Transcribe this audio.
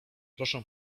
proszę